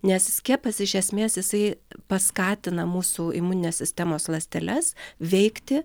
nes skiepas iš esmės jisai paskatina mūsų imuninės sistemos ląsteles veikti